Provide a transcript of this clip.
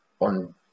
on